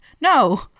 No